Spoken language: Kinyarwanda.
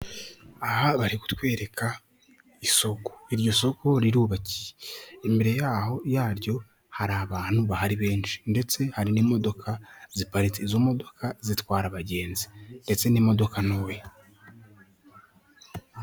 Aha bari kutwereka isoko. Iryo soko rirubakiye. Imbere yaryo hari abantu bahari benshi ndetse hari n'imodoka ziparitse. Izo modoka zitwara abagenzi ndetse n'imodoka ntoya.